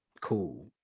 cool